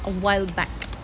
a while back